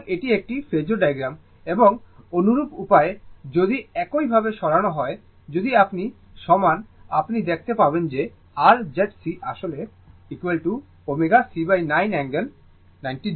সুতরাং এটি একটি ফেজোর ডায়াগ্রাম এবং অনুরূপ উপায়ে যদি একই ভাবে সরানো হয় যদি আপনি সরান আপনি দেখতে পাবেন যে r Z C আসলে ω C9 অ্যাঙ্গেল 90 o এই ক্ষেত্রে